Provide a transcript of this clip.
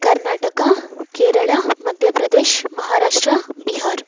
Karnataka Kerala Madhya Pradesh Maharashtra Bihar